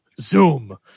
zoom